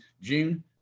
June